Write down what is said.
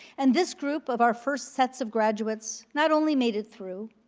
and this group of our first sets of graduates not only made it through,